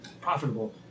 profitable